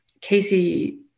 Casey